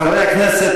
חברי הכנסת,